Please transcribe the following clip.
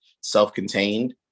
self-contained